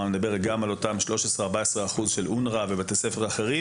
אני מדבר גם על אותם 13%-14% של אונר"א ובתי ספר אחרים,